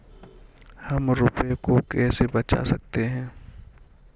हम रुपये को कैसे बचा सकते हैं?